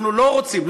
אנחנו לא רוצים.